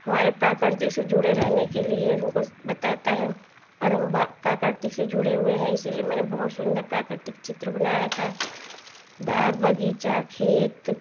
हमारी प्रकृति से जुड़े रहने के लिए हमको बताता है और हम भा प्राकृतिक से जुड़े हुए हैं इसीलिए मैंने बहुत सुन्दर प्राकृतिक चित्र बनाया था बाग बगीचा खेत